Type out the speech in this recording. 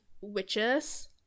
witches